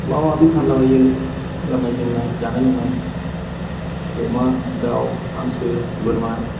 माबा माबि फानला बायो गाननाय जोमनाय जानाय लोंनाय अमा दाव हांसो बोरमा